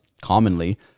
commonly